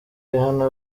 rihanna